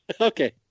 Okay